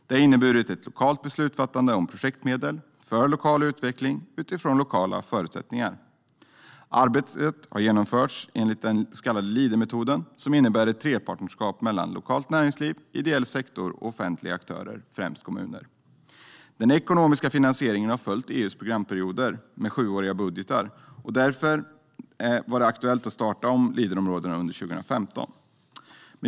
Det har inneburit ett lokalt beslutsfattande om projektmedel för lokal utveckling utifrån lokala förutsättningar. Arbetet har genomförts enligt den så kallade Leadermetoden, som innebär ett trepartnerskap mellan lokalt näringsliv, ideell sektor och offentliga aktörer - främst kommuner. Den ekonomiska finansieringen har följt EU:s programperioder med sjuåriga budgetar, och därför var det aktuellt att starta om Leaderområdena under 2015.